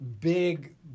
big